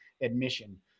admission